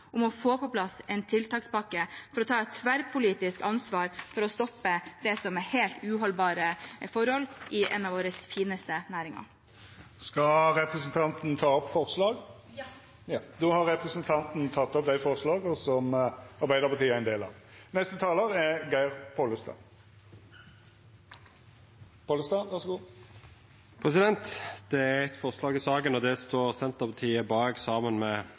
om å få på plass en tiltakspakke for å ta et tverrpolitisk ansvar for å stoppe det som er helt uholdbare forhold i en av våre fineste næringer. Jeg vil til slutt ta opp forslaget vi står bak sammen med Senterpartiet og SV. Då har representanten Cecilie Myrseth teke opp det forslaget ho refererte til. Det er eitt forslag i saka, og det står Senterpartiet bak saman med